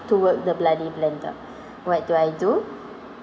to work the bloody blender what do I do